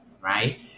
right